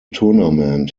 tournament